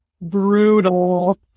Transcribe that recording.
brutal